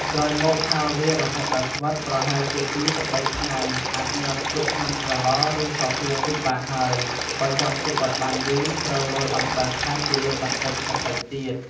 ក្រោយមកហាលវារហូតដល់ស្វិតប្រហែលជា ពីរទៅបី ថ្ងៃ អាចញាត់ទុកក្នុងក្រឡឬក៏ពាងវិញបានហើយ បើចង់ទុកឱ្យបានយូរត្រូវរោយអំបិលថែមពីលើបន្តិចៗទៀត។